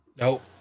Nope